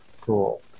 Cool